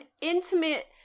intimate